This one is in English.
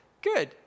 good